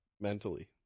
mentally